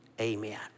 Amen